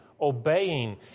obeying